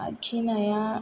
आखिनाया